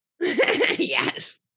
Yes